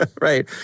Right